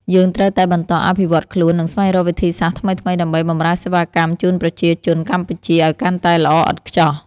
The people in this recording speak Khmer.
យើងត្រូវតែបន្តអភិវឌ្ឍខ្លួន និងស្វែងរកវិធីសាស្ត្រថ្មីៗដើម្បីបម្រើសេវាកម្មជូនប្រជាជនកម្ពុជាឱ្យកាន់តែល្អឥតខ្ចោះ។